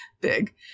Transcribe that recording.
big